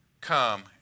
come